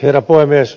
herra puhemies